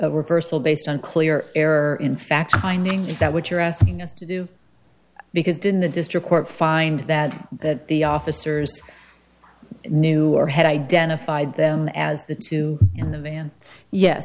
a reversal based on clear error in fact finding that what you're asking us to do because didn't the district court find that the officers knew or had identified them as the two in the van yes